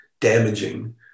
damaging